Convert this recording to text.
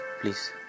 please